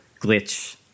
glitch